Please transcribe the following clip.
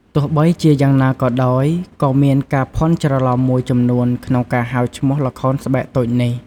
ទោះបីជាយ៉ាងណាក៏ដោយ ក៏មានការភ័ន្តច្រឡំមួយចំនួនក្នុងការហៅឈ្មោះល្ខោនស្បែកតូចនេះ ។